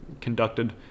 conducted